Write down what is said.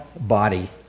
body